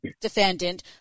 defendant